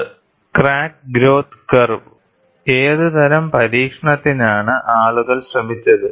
Crack Growth Curve crack growth curve ഏതുതരം പരീക്ഷണത്തിനാണ് ആളുകൾ ശ്രമിച്ചത്